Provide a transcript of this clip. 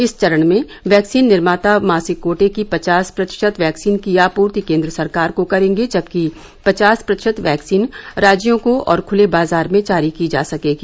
इस चरण में वैक्सीन निर्माता मासिक कोटे की पचास प्रतिशत वैक्सीन की आपूर्ति केन्द्र सरकार को करेंगे जबकि पचास प्रतिशत वैक्सीन राज्यों को और खले बाजार में जारी की जा सकेगी